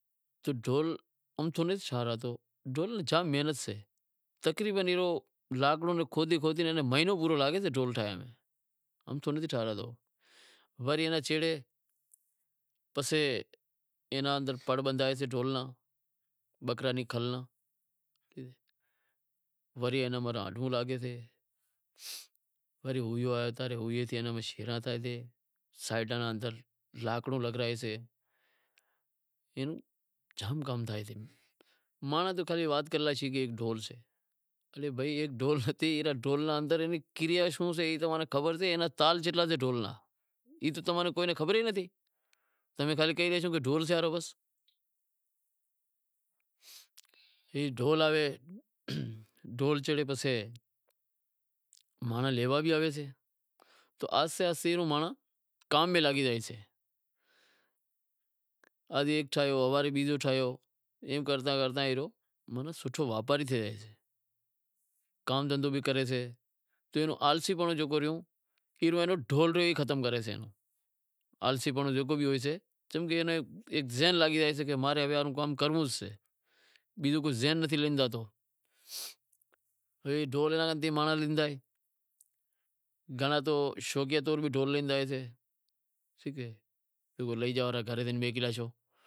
تو ڈھول جام محنت سیں ٹھواراتو، تقریبن پورو مہینو لاگسے، ایم نائیں ٹھراوتو پسے ایئے ناں سیڑے پسے اے ناں پڑ بدہاوسے ڈھول ناں باکرے ری کھل ناں، وری راڈوں لاگیسیں، وری سائیڈاں رے اندر لاکڑو لگرائیسے، ای جام کم تھئیسے، مانڑاں تو وات کرے لائیسیں کہ ایک ڈھول سے اڑے بھائی ایک ڈھول نیں اندر کریا شوں سے خبر سے ایئے ڈھول را تال کیوا سے، ای تو تمیں خبر ئی نتھی، شوں کہ بس ڈھول سے، اے ڈھول آوے، ڈھول سیڑے پسے مانڑاں را ویواہ بھی آوسے پسے آہستے آہستے کام میں لاگی زائیسے، آز ہیک ٹھائیو، ہوارے بیزو ٹھائیو، ایم کرتا کرتا ایئے رو سوٹھو واپاری تھے زائیسے، کام دہندہو کرسے، ای آلسیپنڑو ڈھول ئی ختم کریسے، چمکہ ایئے ناں ایک ذہن لاگی زائیسے کہ ماں نیں کیوو کام کرنڑو سے، بیزو کوئی ذہن نتھی لاگی زاتو، گھنڑا تو شوقیا چور بھی ڈھول لیتا ہوشیں۔